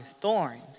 thorns